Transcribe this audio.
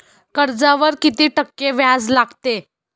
कर्जावर किती टक्के व्याज लागते?